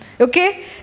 Okay